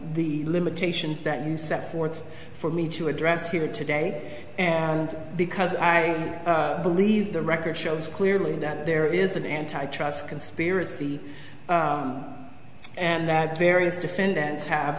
the limitations that you set forth for me to address here today and because i believe the record shows clearly that there is that antitrust conspiracy and that various defendants have